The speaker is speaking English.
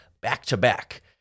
back-to-back